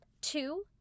Two